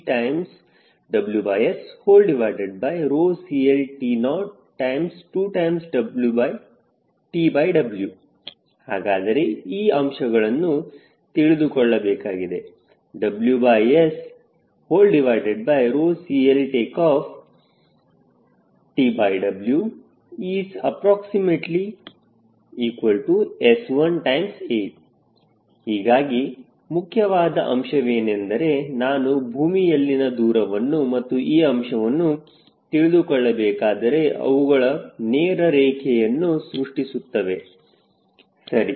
212gWSCLTO2TW ಹಾಗಾದರೆ ಈ ಅಂಶಗಳನ್ನು ತಿಳಿದುಕೊಳ್ಳಬೇಕಾಗಿದೆ WSCLTOTWs1A ಹೀಗಾಗಿ ಮುಖ್ಯವಾದ ಅಂಶವೇನೆಂದರೆ ನಾನು ಭೂಮಿಯಲ್ಲಿನ ದೂರವನ್ನು ಮತ್ತು ಈ ಅಂಶವನ್ನು ತಿಳಿದುಕೊಳ್ಳಬೇಕಾದರೆ ಅವುಗಳು ನೇರ ರೇಖೆಯನ್ನು ಸೃಷ್ಟಿಸುತ್ತವೆ ಸರಿ